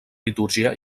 litúrgia